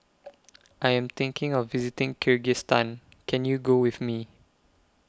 I Am thinking of visiting Kyrgyzstan Can YOU Go with Me